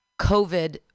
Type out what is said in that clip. COVID